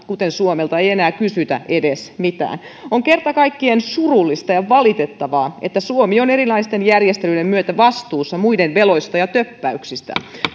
kuten suomelta ei enää edes kysytä mitään on kerta kaikkiaan surullista ja valitettavaa että suomi on erilaisten järjestelyiden myötä vastuussa muiden veloista ja töppäyksistä